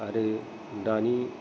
आरो दानि